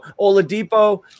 Oladipo